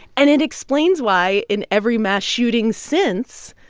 and it explains why, in every mass shooting since.